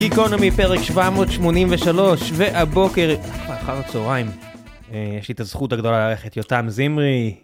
גיקונומי פרק 783, והבוקר... אחר הצהריים. יש לי את הזכות הגדולה לארח את יותם זמרי.